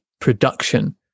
production